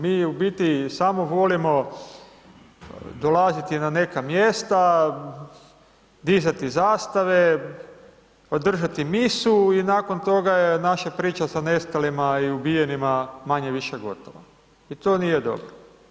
Mi u biti samo volimo dolaziti na neka mjesta, dizati zastave, održati misu i nakon toga je naša priča sa nestalima i ubijenima manje-više gotova i to nije dobro.